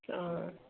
অ'